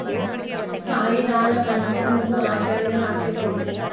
కాగిదాల కంటే ముందు ఆకుల మీద రాసేటోళ్ళు